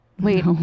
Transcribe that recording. Wait